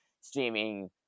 streaming